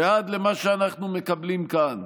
ועד למה שאנחנו מקבלים כאן.